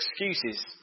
excuses